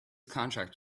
contract